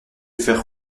faire